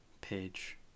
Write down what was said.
page